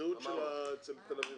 אין נמנעים,